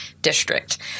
district